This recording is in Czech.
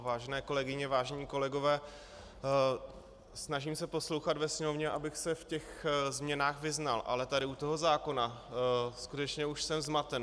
Vážené kolegyně, vážení kolegové, snažím se poslouchat ve sněmovně, abych se v těch změnách vyznal, ale tady u toho zákona skutečně už jsem zmaten.